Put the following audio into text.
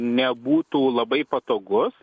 nebūtų labai patogus